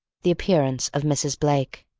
the appearance of mrs. blake.